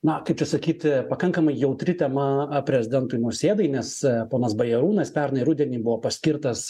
na kaip čia sakyt pakankamai jautri tema a prezidentui nausėdai nes ponas bajarūnas pernai rudenį buvo paskirtas